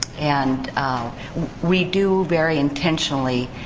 and we do, very intentionally,